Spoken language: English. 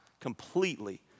completely